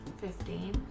Fifteen